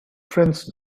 prince